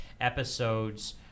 episodes